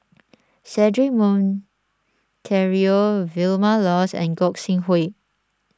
Cedric Monteiro Vilma Laus and Gog Sing Hooi